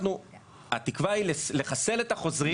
התקווה היא לחסל את החוזרים.